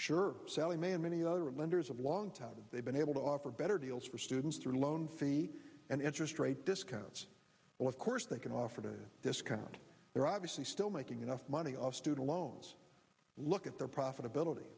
sure sallie mae and many other lenders of long time they've been able to offer better deals for students to loan fee and interest rate discounts well of course they can offer the discount they're obviously still making enough money off student loans look at their profitability